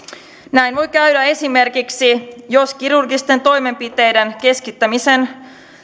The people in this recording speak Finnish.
näin voi käydä esimerkiksi jos kirurgisten toimenpiteiden